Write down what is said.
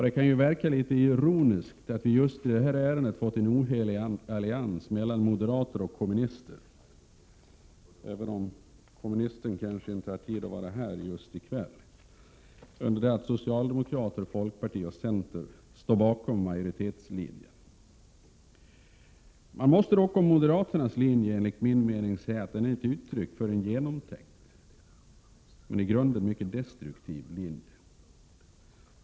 Det kan ju verka litet ironiskt att vi just i det här ärendet fått en ohelig allians mellan moderater och kommunister, även om kommunisten inte har tid att vara här i kväll, under det att socialdemokrater, folkpartister och centerpartister står bakom majoritetslinjen. Moderaternas linje är enligt min mening ett uttryck för en genomtänkt men i grunden mycket destruktiv linje.